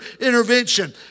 intervention